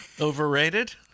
Overrated